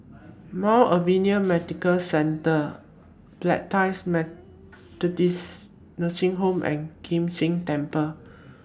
Mount Alvernia Medical Centre Bethany Methodist Nursing Home and Kim San Temple